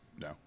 no